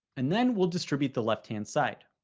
and then we'll distribute the left-hand side.